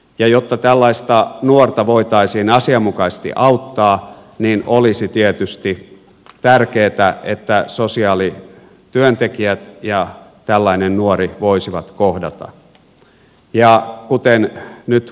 ja jotta tällaista nuorta voitaisiin asianmukaisesti auttaa niin olisi tietysti tärkeätä että sosiaalityöntekijät ja tällainen nuori voisivat kohdata